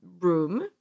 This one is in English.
room